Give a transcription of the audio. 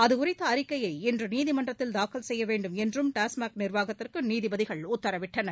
அதுகுறித்த அறிக்கையை இன்று நீதிமன்றத்தில் தாக்கல் செய்ய வேண்டும் என்றும் டாஸ்மாக் நிர்வாகத்திற்கு நீதிபதிகள் உத்தரவிட்டனர்